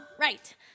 right